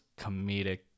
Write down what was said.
comedic